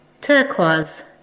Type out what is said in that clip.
turquoise